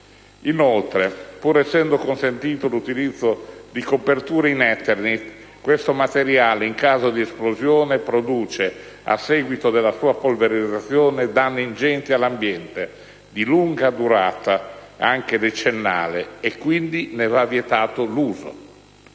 Inoltre, è consentito l'utilizzo di coperture in eternit, ma in caso di esplosione questo materiale produce, a seguito della sua polverizzazione, danni ingenti all'ambiente di lunga durata (anche decennale) e quindi ne va vietato l'uso.